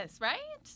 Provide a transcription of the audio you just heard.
right